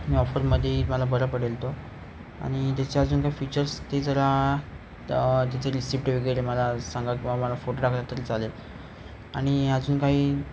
मग ऑफरमध्ये मला बरं पडेल तो आणि त्याचे अजून काय फीचर्स ते जरा त्याचे रिसिप्ट वगैरे मला सांगा किंवा मला फोटो टाकलात तरी चालेल आणि अजून काही